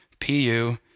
PU